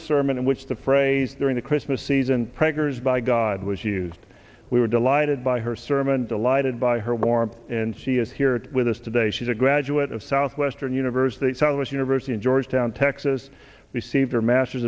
a sermon in which the phrase during the christmas season preggers by god was used we were delighted by her sermon delighted by her warmth and she is here with us today she's a graduate of southwestern university saddlers university in georgetown texas received her master